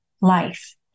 life